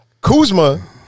Kuzma